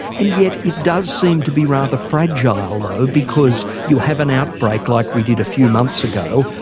and yet it does seem to be rather fragile though, because you have an outbreak, like we did a few months ago,